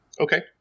Okay